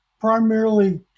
primarily